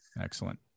Excellent